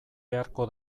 beharko